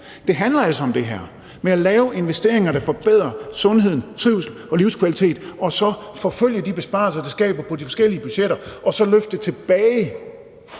det handler altså om det her med at lave investeringer, der forbedrer sundheden, trivslen og livskvaliteten og så forfølge de besparelser, som det skaber på de forskellige budgetter, og så løfte det tilbage